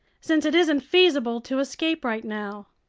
since it isn't feasible to escape right now?